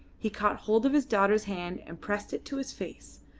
he caught hold of his daughter's hand and pressed it to his face,